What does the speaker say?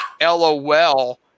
LOL